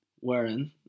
Wearing